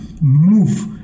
move